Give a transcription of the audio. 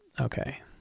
Okay